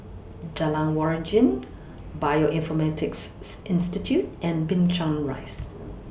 Jalan Waringin Bioinformatics Institute and Binchang Rise